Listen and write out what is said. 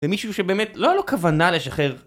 ומישהו שבאמת לא היה לו כוונה לשחרר